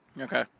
Okay